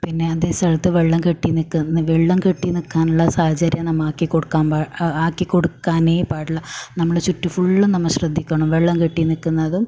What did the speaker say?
പിന്നെ അതേ സ്ഥലത്ത് വെള്ളം കെട്ടിനിൽക്കുന്ന വെള്ളം കെട്ടിനിൽക്കാനുള്ള സാഹചര്യം നമ്മൾ ആക്കി കൊടുക്കാൻ പാ ആക്കികൊടുക്കാനേ പാടില്ല നമ്മളെ ചുറ്റും ഫുള്ളും നമ്മ ശ്രദ്ധിക്കണം വെള്ളം കെട്ടി നിൽക്കുന്നതും